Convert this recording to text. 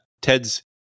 Ted's